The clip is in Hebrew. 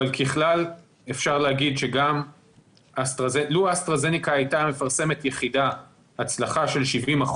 אבל ככלל אפשר להגיד שלו אסטרהזניקה הייתה מפרסמת יחידה הצלחה של 70%,